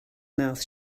mouth